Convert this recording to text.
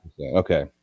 Okay